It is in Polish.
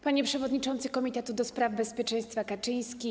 Panie Przewodniczący Komitetu ds. Bezpieczeństwa Kaczyński!